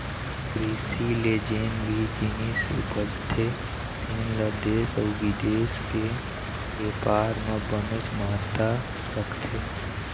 कृषि ले जेन भी जिनिस उपजथे तेन ल देश अउ बिदेश के बेपार म बनेच महत्ता रखथे